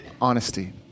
honesty